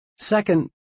second